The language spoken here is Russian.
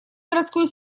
городской